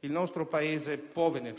il nostro Paese possa venir